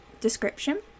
description